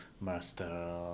master